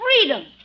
freedom